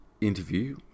interview